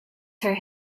her